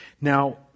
Now